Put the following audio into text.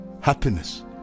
happiness